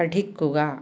പഠിക്കുക